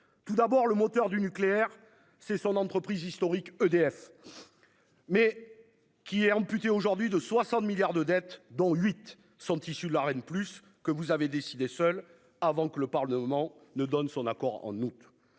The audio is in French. Tout d'abord le moteur du nucléaire c'est son entreprise historique EDF. Mais qui est amputée, aujourd'hui de 60 milliards de dettes, dont 8 sont issus de la reine plus que vous avez décidé seul avant que le Parlement ne donne son accord en août.